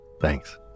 Thanks